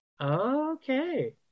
okay